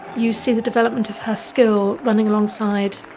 you see, the development of her skill running alongside